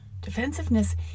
Defensiveness